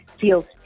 feels